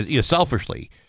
selfishly